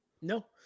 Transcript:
No